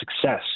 success